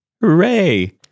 hooray